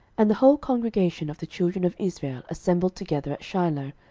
and the whole congregation of the children of israel assembled together at shiloh,